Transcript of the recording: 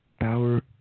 power